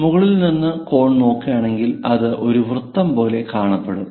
മുകളിൽ നിന്ന് ഒരു കോൺ നോക്കുകയാണെങ്കിൽ അത് ഒരു വൃത്തം പോലെ കാണപ്പെടാം